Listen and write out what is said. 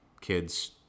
Kids